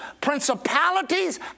principalities